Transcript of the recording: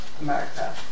America